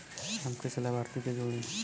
हम कइसे लाभार्थी के जोड़ी?